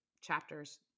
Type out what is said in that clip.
chapters